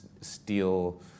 steel